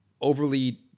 overly